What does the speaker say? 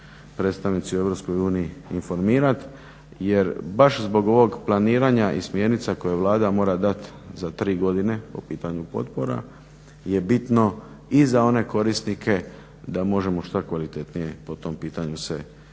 predstavnici u Europskoj uniji informirat jer baš zbog ovog planiranja i smjernica koje Vlada mora dat za tri godine po pitanju potpora je bitno i za one korisnike da možemo što kvalitetnije po tom pitanju se pripremit.